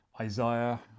Isaiah